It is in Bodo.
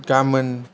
गामोन